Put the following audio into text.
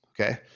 okay